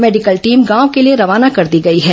medical team गांव के लिए रवाना कर दी गई है